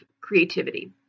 creativity